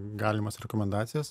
galimas rekomendacijas